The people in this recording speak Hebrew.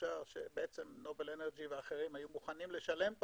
מקושר - שנובל אנרג'י ואחרים היו מוכנים לשלם,